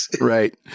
Right